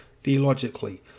theologically